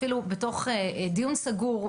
אפילו בתוך דיון סגור,